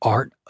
Art